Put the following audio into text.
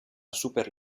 super